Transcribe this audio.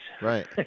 Right